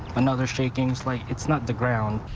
another shake things like it's not the ground.